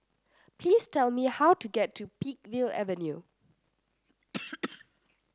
please tell me how to get to Peakville Avenue